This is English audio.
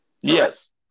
Yes